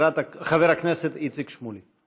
חבר הכנסת איציק שמולי.